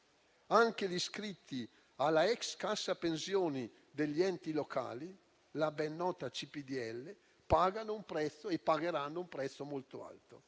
Anche gli iscritti alla ex cassa pensioni degli enti locali, la ben nota CPDEL, pagheranno un prezzo molto alto.